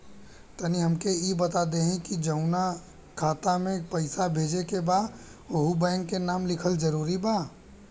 तनि हमके ई बता देही की जऊना खाता मे पैसा भेजे के बा ओहुँ बैंक के नाम लिखल जरूरी बा?